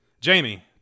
Jamie